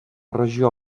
regió